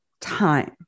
time